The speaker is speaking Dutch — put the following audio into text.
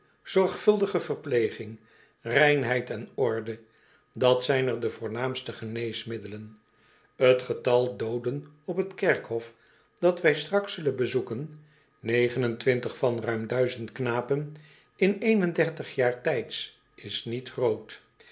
zorgvuldige verpleging reinheid en orde dat zijn er de voornaamste geneesmiddelen t getal dooden op het kerkhof dat wij straks zullen bezoeken van ruim knapen in jaar tijds is niet groot